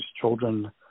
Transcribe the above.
children